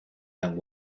young